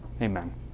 Amen